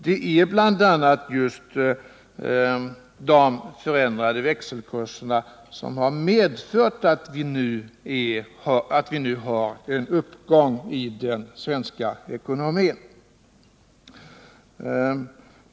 Det är bl.a. de förändrade växelkurserna som har medfört att vi nu har en uppgång i den svenska ekonomin.